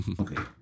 okay